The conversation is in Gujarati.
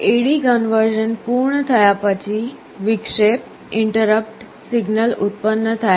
AD કન્વર્ઝન પૂર્ણ થયા પછી વિક્ષેપ ઇન્ટરપટ સિગ્નલ ઉત્પન્ન થાય છે